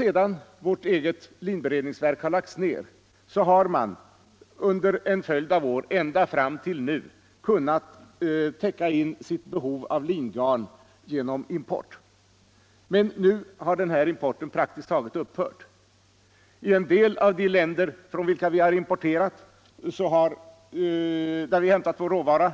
Efter linberedningsverkets nedläggning har man under en följd av år ända fram till nu kunnat täcka in behovet av lingarn genom import, men nu har den importen praktiskt taget upphört. I en del av de länder från vilka vi har hämtat vår råvara